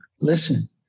Listen